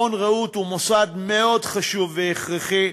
מעון "רעות" הוא מוסד מאוד חשוב והכרחי,